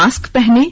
mask पहनें